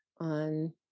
on